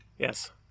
Yes